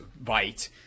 bite